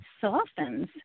softens